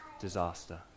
disaster